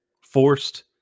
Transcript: forced